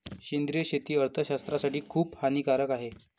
सेंद्रिय शेती अर्थशास्त्रज्ञासाठी खूप हानिकारक आहे